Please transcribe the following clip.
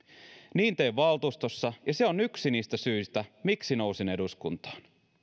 niin teen valtuustossa ja se on yksi niistä syistä miksi nousin eduskuntaan